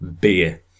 Beer